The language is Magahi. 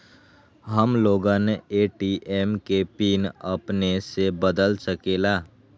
हम लोगन ए.टी.एम के पिन अपने से बदल सकेला?